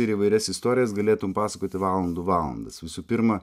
ir įvairias istorijas galėtum pasakoti valandų valandas visų pirma